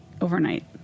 overnight